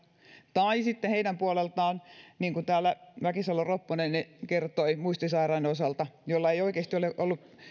tai sitten niin kuin täällä mäkisalo ropponen kertoi muistisairaiden osalta joilla ei oikeasti ole ollut